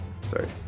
Sorry